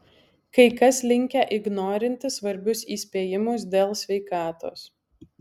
kai kas linkę ignorinti svarbius įspėjimus dėl sveikatos